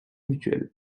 mutuel